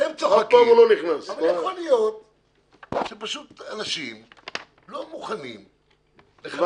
אבל יכול להיות שאנשים לא מוכנים לחלל.